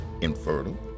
infertile